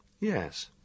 Yes